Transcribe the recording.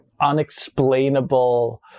unexplainable